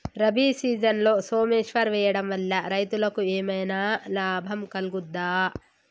రబీ సీజన్లో సోమేశ్వర్ వేయడం వల్ల రైతులకు ఏమైనా లాభం కలుగుద్ద?